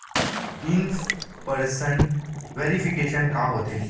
In person verification का होथे?